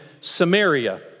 Samaria